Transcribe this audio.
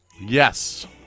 Yes